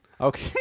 Okay